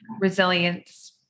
Resilience